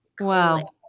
Wow